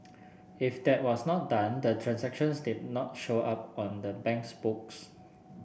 if that was not done the transactions did not show up on the bank's books